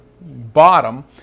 bottom